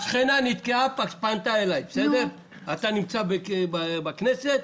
השכנה נתקעה ופנתה אליך: את נמצאת בכנסת,